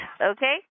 okay